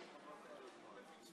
לא בגללך.